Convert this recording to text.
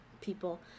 people